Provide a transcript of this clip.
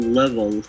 level